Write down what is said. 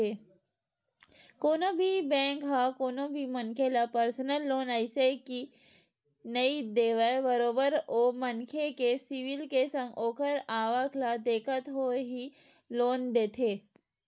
कोनो भी बेंक ह कोनो भी मनखे ल परसनल लोन अइसने ही नइ देवय बरोबर ओ मनखे के सिविल के संग ओखर आवक ल देखत होय ही लोन देथे